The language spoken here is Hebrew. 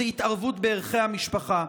זה התערבות בערכי המשפחה.